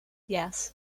yes